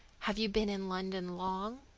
have you been in london long?